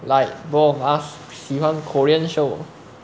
like both of us 喜欢 korean show